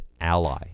ally